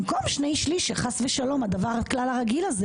במקום שני שליש שחס ושלום הכלל הרגיל הזה